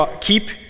Keep